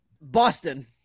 Boston